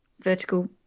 vertical